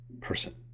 person